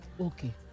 Okay